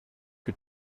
que